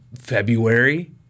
February